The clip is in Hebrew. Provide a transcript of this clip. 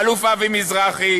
האלוף אבי מזרחי,